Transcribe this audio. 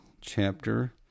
chapter